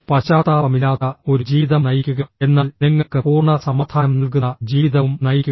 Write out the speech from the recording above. പശ്ചാത്താപമില്ലാത്ത ഒരു ജീവിതം നയിക്കുക എന്നാൽ നിങ്ങൾക്ക് പൂർണ്ണ സമാധാനം നൽകുന്ന ജീവിതവും നയിക്കുക